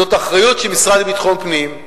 זאת אחריות של המשרד לביטחון פנים.